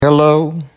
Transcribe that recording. hello